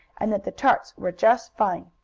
and that the tarts were just fine!